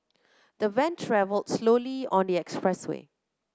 the van travelled slowly on the expressway